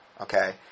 Okay